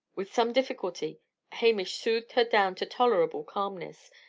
with some difficulty hamish soothed her down to tolerable calmness,